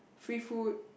free food